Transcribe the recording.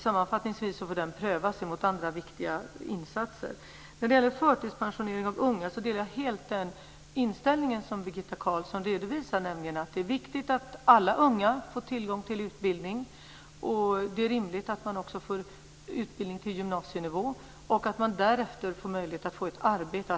Sammanfattningsvis vill jag säga att den får prövas mot andra viktiga insatser. När det gäller förtidspensionering av unga delar jag helt den inställning som Birgitta Carlsson redovisar, nämligen att det är viktigt att alla unga får tillgång till utbildning. Det är rimligt att man också får utbildning på gymnasienivå och att man därefter får möjlighet att få ett arbete.